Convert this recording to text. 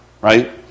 right